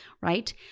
right